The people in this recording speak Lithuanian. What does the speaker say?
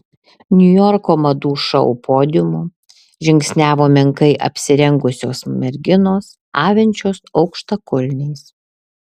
niujorko madų šou podiumu žingsniavo menkai apsirengusios merginos avinčios aukštakulniais